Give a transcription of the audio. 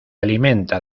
alimenta